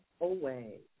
away